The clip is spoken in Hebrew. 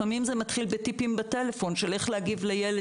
לפעמים זה מתחיל בטיפים בטלפון של איך להגיב לילד,